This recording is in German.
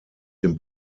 den